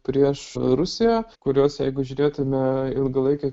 prieš rusiją kurios jeigu žiūrėtumėme ilgalaikes